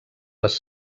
les